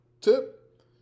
tip